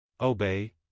Obey